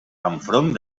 enfront